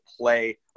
play